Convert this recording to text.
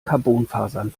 carbonfasern